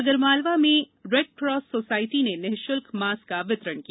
आगरमालवा में Red Cross society ने निःश्ल्क मास्क का वितरण किया